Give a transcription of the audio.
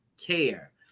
care